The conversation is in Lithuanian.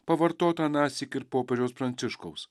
pavartota anąsyk ir popiežiaus pranciškaus